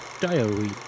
diary